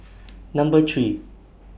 Number three